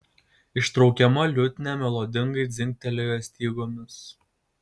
ištraukiama liutnia melodingai dzingtelėjo stygomis